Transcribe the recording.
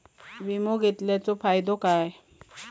विमा घेतल्याचो फाईदो काय?